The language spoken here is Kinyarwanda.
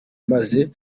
maze